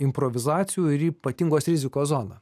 improvizacijų ir ypatingos rizikos zoną